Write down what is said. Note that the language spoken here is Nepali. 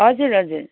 हजुर हजुर